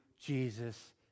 Jesus